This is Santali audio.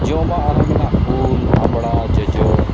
ᱡᱚᱢᱟᱜ ᱟᱨᱦᱚᱸ ᱢᱮᱱᱟᱜᱼᱟ ᱩᱞ ᱟᱢᱵᱽᱲᱟ ᱡᱚᱡᱚ